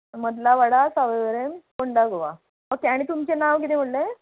मदला वडा सावयवेरें पोंडा गोवा ओके आनी तुमचें नांव कितें म्हणलें